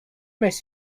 makes